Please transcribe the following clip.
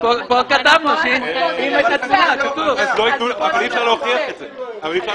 מכוסה, אדוני.